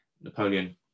Napoleon